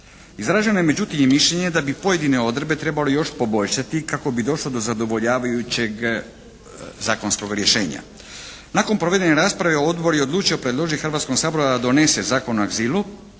Izraženo je međutim i mišljenje da bi pojedine odredbe trebalo još poboljšati kako bi došlo do zadovoljavajućeg zakonskog rješenja. Nakon provedene rasprave Odbor je odlučio predložiti Hrvatskom saboru da donese Zakon o azilu